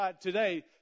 today